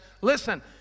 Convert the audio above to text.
listen